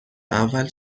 اول